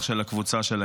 אתם אהבת ישראל.